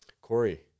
Corey